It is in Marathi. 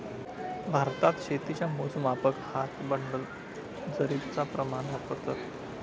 भारतात शेतीच्या मोजमापाक हात, बंडल, जरीबचा प्रमाण वापरतत